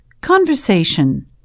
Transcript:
conversation